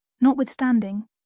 Notwithstanding